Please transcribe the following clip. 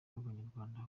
abanyarwanda